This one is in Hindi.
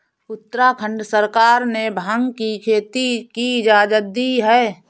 उत्तराखंड सरकार ने भाँग की खेती की इजाजत दी है